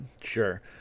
sure